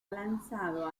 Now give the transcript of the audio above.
lanzado